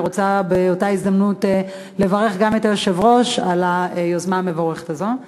אני רוצה באותה הזדמנות לברך גם את היושב-ראש על היוזמה המבורכת הזאת,